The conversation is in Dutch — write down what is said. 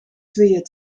tweeën